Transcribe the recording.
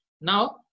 Now